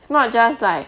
it's not just like